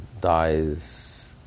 dies